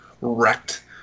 wrecked